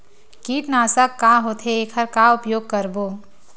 कीटनाशक का होथे एखर का उपयोग करबो?